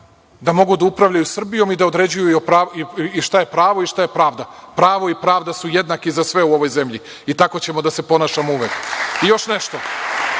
da upravljaju Srbijom i da određuju šta je pravo i šta je pravda. Pravo i pravda su jednaki za sve u ovoj zemlji i tako ćemo da se ponašamo uvek. Još nešto.